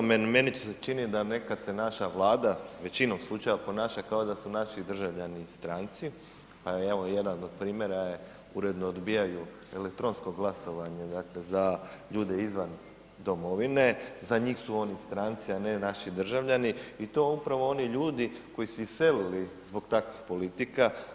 Meni se čini da nekad se naša Vlada, većinom slučajeva ponaša kao da su naši državljani stranci, a evo jedan od primjera je uredno odbijanje elektronskog glasovanja dakle za ljude izvan domovine, za njih su oni stranci, a ne naši državljani i to upravo oni ljudi koji su iselili zbog takvih politika.